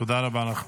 תודה רבה לך.